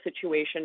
situation